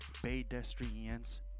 Pedestrians